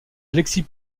alexis